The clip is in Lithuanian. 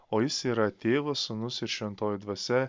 o jis yra tėvas sūnus ir šventoji dvasia